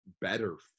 better